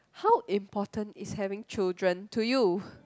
how important is having children to you